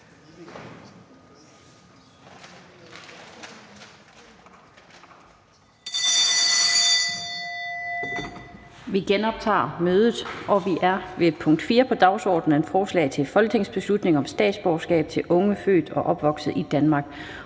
Vi genoptager mødet, og vi er ved punkt 4 på dagsordenen, nemlig forslag til folketingsbeslutning om statsborgerskab til unge født og opvokset i Danmark.